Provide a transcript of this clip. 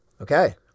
Okay